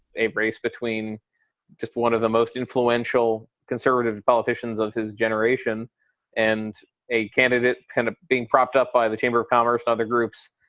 a race between just one of the most influential conservative politicians of his generation and a candidate kind of being propped up by the chamber of commerce, other groups,